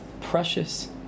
precious